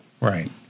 right